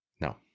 No